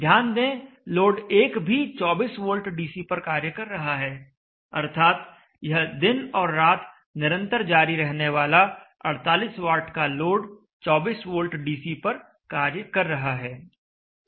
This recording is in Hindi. ध्यान दें लोड 1 भी 24 वोल्ट डीसी पर कार्य कर रहा है अर्थात यह दिन और रात निरंतर जारी रहने वाला 48 वाट का लोड 24 वोल्ट डीसी पर कार्य कर रहा है